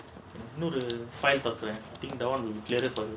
இன்னொரு:innoru file தொறக்குறேன்:thorakkuraen